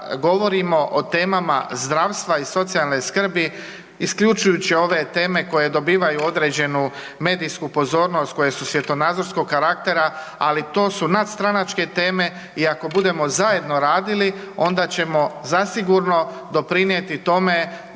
govorimo o temama zdravstva i socijalne skrbi isključujući ove teme koje dobivaju određenu medijsku pozornost, koje su svjetonazorskog karaktera, ali to su nadstranačke teme i ako budemo zajedno radili onda ćemo zasigurno doprinjeti tome da